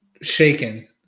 shaken